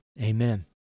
Amen